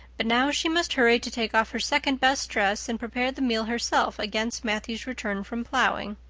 but now she must hurry to take off her second-best dress and prepare the meal herself against matthew's return from plowing.